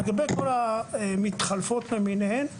לגבי כל המתחלפות למיניהן,